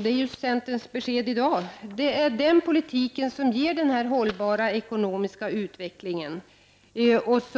Det är centerns besked i dag. Det är den politiken som ger en hållbar ekonomisk utveckling och